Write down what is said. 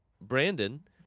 Brandon